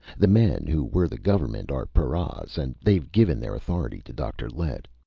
the men who were the government are paras and they've given their authority to dr. lett.